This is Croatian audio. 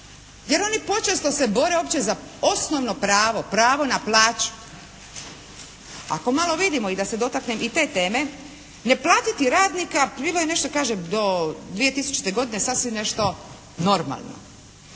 Jer oni počesto se bore opće za osnovno pravo, pravo na plaću. Ako malo vidimo, da se dotaknem i te teme neplatiti radnika bilo je nešto kažem do 2000. godine sasvim nešto normalno.